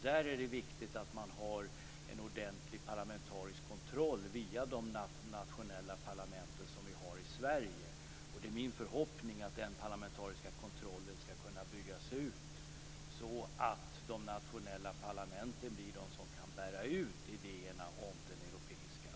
Där är det viktigt att man har en ordentlig parlamentarisk kontroll via de nationella parlamenten på det sätt som vi har i Sverige, och det är min förhoppning att den parlamentariska kontrollen ska kunna byggas ut så att de nationella parlamenten blir de som kan föra ut idéerna om den europeiska unionen.